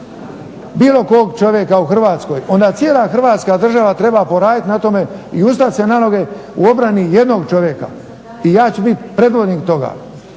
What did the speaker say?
bilo kog čovjeka u Hrvatskoj onda cijela Hrvatska država treba poraditi na tome i ustati se na noge u obrani jednog čovjeka. I ja ću biti predvodnik toga.